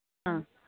ആ